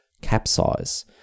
capsize